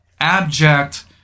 abject